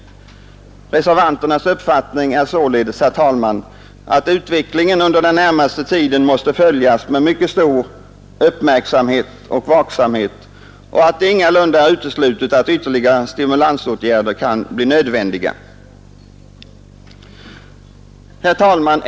Reservanternas uppfattning är således, herr talman, att utvecklingen under den närmaste tiden måste följas med mycket stor uppmärksamhet och vaksamhet och att det ingalunda är uteslutet att ytterligare stimulansåtgärder kan bli nödvändiga. Herr talman!